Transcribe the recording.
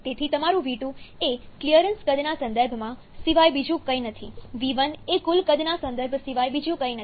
તેથી તમારું v2 એ ક્લિયરન્સ કદના સંદર્ભ સિવાય બીજું કંઈ નથી v1 એ કુલ કદના સંદર્ભ સિવાય બીજું કંઈ નથી